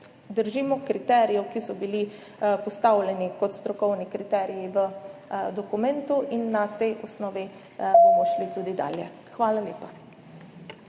držimo kriterijev, ki so bili postavljeni kot strokovni kriteriji v dokumentu, in na tej osnovi bomo šli tudi dalje. Hvala lepa.